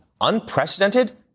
unprecedented